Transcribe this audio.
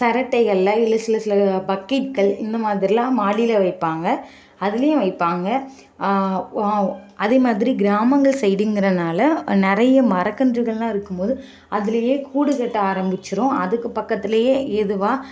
சிரட்டைகள்ல இல்லை சில சில பக்கெட்கள் இந்த மாதிரிலாம் மாடியில் வைப்பாங்க அதுலேயும் வைப்பாங்க அதேமாதிரி கிராமங்கள் சைடுங்குறனால் நிறைய மரக்கன்றுகள்லாம் இருக்கும்போது அதுலயே கூடு கட்ட ஆரம்பிச்சிடும் அதுக்கு பக்கத்துலேயே ஏதுவா